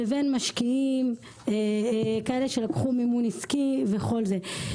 לבין משקיעים, כאלה שלקחו מימון עסקי וכל זה.